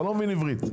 אתה לא מבין עברית.